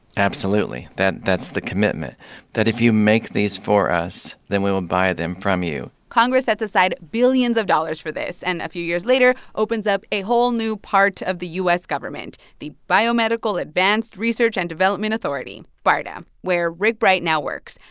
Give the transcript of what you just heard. absolutely. that's that's the commitment that if you make these for us, then we will buy them from you congress sets aside billions of dollars for this and, a few years later, opens up a whole new part of the u s. government the biomedical advanced research and development authority, barda, where rick right now works.